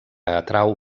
atrau